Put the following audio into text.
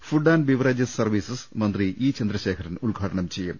food and beverages services മന്ത്രി E Chandrasekharan ഉദ്ഘാടനം ചെയ്യും